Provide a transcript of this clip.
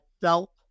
felt